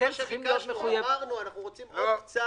כל הצ'קים שניתנו הפכו